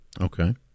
Okay